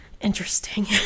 interesting